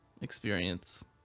experience